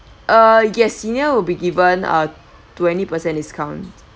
uh yes senior would be given a twenty percent discount